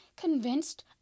convinced